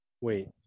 wait